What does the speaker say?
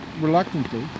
reluctantly